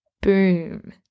boom